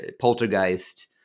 poltergeist